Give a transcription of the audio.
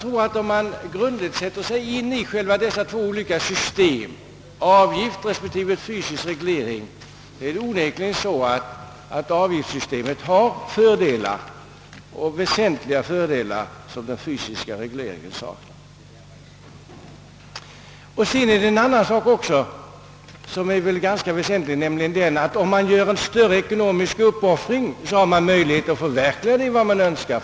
Om vi grundligt sätter oss in i dessa två system, investeringsavgift respektive fysisk reglering, skall vi finna att avgiftssystemet har väsentliga fördelar som den fysiska regleringen saknar. En annan ganska väsentlig sak är att man genom att göra en viss ekonomisk uppoffring får möjlighet att förverkliga vad man Önskar.